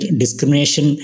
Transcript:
discrimination